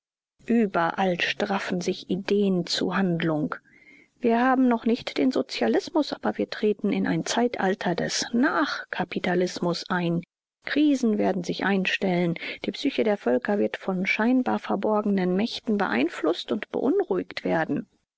überall straffen sich ideen zu handlung wir haben noch nicht den sozialismus aber wir treten in ein zeitalter des nachkapitalismus ein krisen werden sich einstellen die psyche der völker wird von scheinbar verborgenen mächten beeinflußt und beunruhigt werden